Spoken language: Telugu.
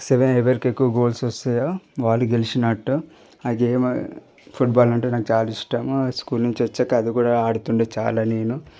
చివర ఎవరికి ఎక్కువ గోల్స్ వస్తాయో వారు గెలిచినట్టు వస్తాయో ఆ గేమ్ ఫుట్బాల్ అంటే నాకు చాలా ఇష్టం స్కూల్ నుంచి వచ్చాక అది కూడా ఆడుతుంటే చాలా నేను